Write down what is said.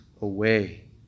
away